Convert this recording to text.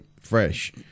fresh